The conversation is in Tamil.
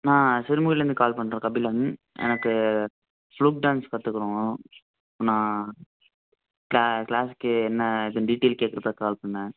நான் சிறுமுகைலருந்து கால் பண்ணுறேன் கபிலன் எனக்கு ஃப்லோக் டான்ஸ் கற்றுக்கணும் நான் கிளா கிளாஸுக்கு என்ன ஏதுன்னு டீட்டெயில் கேட்க தான் கால் பண்ணேன்